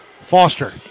Foster